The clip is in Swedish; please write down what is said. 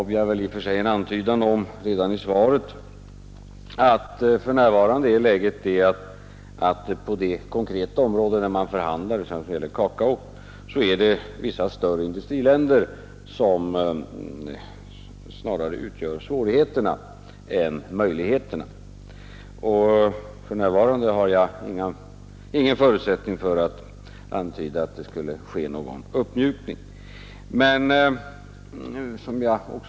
I och för sig gav jag väl en antydan om min uppfattning redan i svaret. På det konkreta område man för närvarande förhandlar om och som gäller kakao kan sägas att vissa industriländer snarare skapar svårigheter än ger möjligheter. För närvarande har jag inga förutsättningar att antyda att någon uppmjukning kan komma att ske.